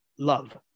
Love